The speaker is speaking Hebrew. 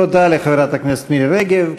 לחברת הכנסת מירי רגב.